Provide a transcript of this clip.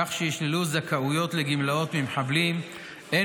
כך שיישללו ממחבלים זכאויות לגמלאות,